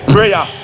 Prayer